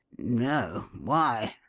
no why?